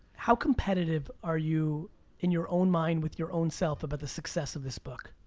how competitive are you in your own mind with your own self about the success of this book?